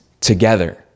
together